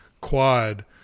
quad